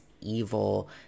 evil